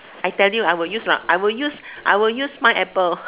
I tell you I will use lah I will use I will use pineapple